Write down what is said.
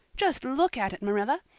just look at it, marilla.